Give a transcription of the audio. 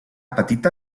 petita